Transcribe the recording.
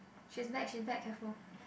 she's back she's back careful